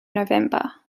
november